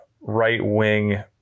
right-wing